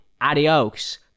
adios